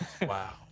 Wow